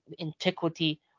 antiquity